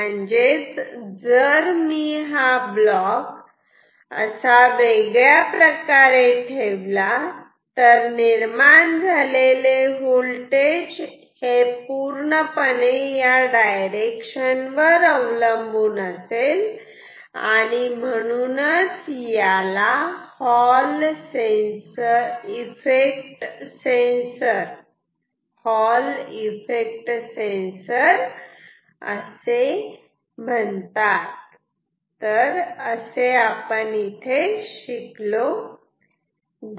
म्हणजे जर मी हा ब्लॉक असा वेगळ्या प्रकारे ठेवला तर निर्माण झालेले वोल्टेज हे पूर्णपणे या डायरेक्शन वर अवलंबून असेल आणि म्हणून याला हॉल इफेक्ट सेन्सर असे म्हणतात